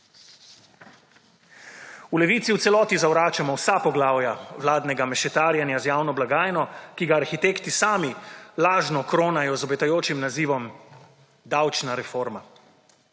V Levici v celoti zavračamo vsa poglavja vladnega mešetarjenja z javno blagajno, ki ga arhitekti sami lažno kronajo z obetajočim nazivom davčna reforma.